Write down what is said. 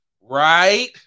right